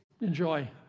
Enjoy